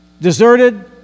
Deserted